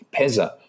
PESA